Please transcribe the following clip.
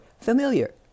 familiar